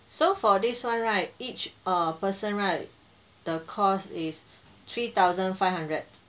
so for this one right each err person right the cost is three thousand five hundred